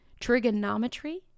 Trigonometry